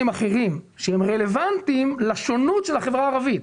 אחרים שהם רלוונטיים לשונות של החברה הערבית,